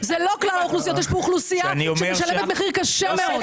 יש פה אוכלוסייה שמשלמת מחיר קשה מאוד.